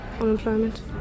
Unemployment